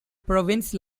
province